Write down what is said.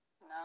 No